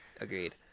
Agreed